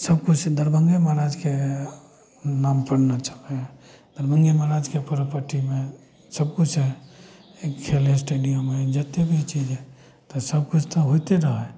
सब किछु दरभंगो महाराजके नामपर ने चलय हइ दरभंगो महाराजके प्रॉपर्टीमे सब किछु हइ खेल स्टेडियम हइ जते भी चीज तऽ सब किछु तऽ होइते रहय हइ